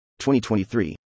2023